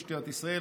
משטרת ישראל,